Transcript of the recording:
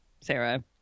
Sarah